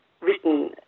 written